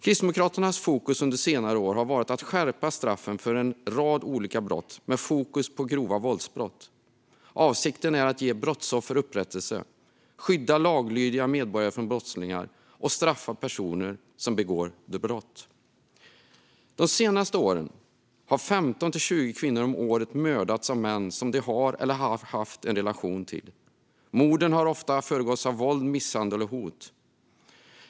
Kristdemokraternas fokus under senare år har varit att skärpa straffen för en rad olika brott, med fokus på grova våldsbrott. Avsikten är att ge brottsoffer upprättelse, skydda laglydiga medborgare från brottslingar och straffa personer som begår brott. De senaste åren har 15-20 kvinnor om året mördats av män som de har eller har haft en relation till. Morden har oftast föregåtts av våld, misshandel och hot.